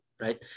right